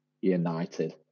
United